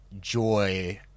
joy